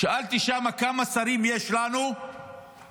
שאלתי שם כמה שרים יש לנו בממשלה,